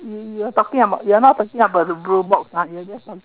you you're talking about you're not talking about the blue box ah you're just talking